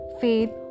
faith